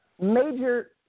Major